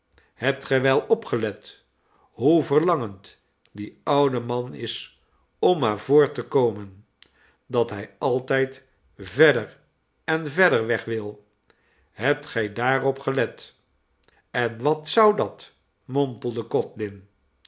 hebt gij wel opgelet hoe verlangend die oude man is om maar voort te komen dat hij altijd verder en verder weg wil hebt gij daarop gelet en wat zou dat mompelde